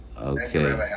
Okay